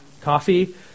coffee